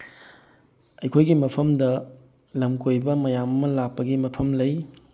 ꯑꯩꯈꯣꯏꯒꯤ ꯃꯐꯝꯗ ꯂꯝ ꯀꯣꯏꯕ ꯃꯌꯥꯝ ꯑꯃ ꯂꯥꯛꯄꯒꯤ ꯃꯐꯝ ꯂꯩ